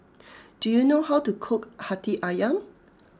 do you know how to cook Hati Ayam